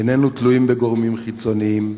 איננו תלויים בגורמים חיצוניים,